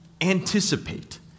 anticipate